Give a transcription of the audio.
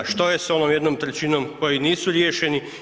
A što je sa onom jednom trećinom koji nisu riješeni?